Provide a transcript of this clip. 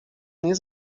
nie